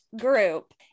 group